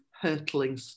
Hurtling